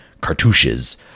cartouches